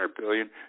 billion